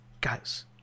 guys